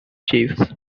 chiefs